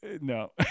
No